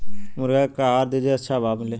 मुर्गा के का आहार दी जे से अच्छा भाव मिले?